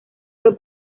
fue